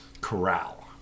corral